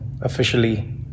Officially